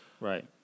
Right